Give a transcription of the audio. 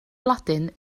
blodyn